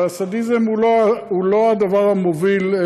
אבל הסדיזם הוא לא הדבר המוביל,